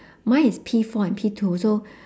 mine is P four and P two so